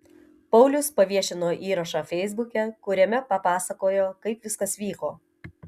paulius paviešino įrašą feisbuke kuriame papasakojo kaip viskas vyko